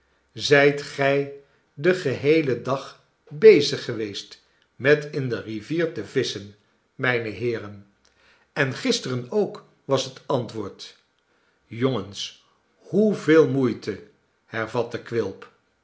zijt gij den geheelen dag bezig geweest met in de rivier te visschen mijne heeren en gisteren ook was het antwoord jongens hoeveel moeite hervatte quilp